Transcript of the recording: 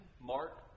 Mark